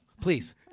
Please